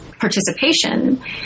participation